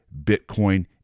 Bitcoin